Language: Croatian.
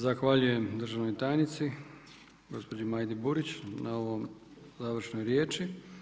Zahvaljujem državnoj tajnici gospođi Majdi Burić na ovoj završnoj riječi.